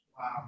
Wow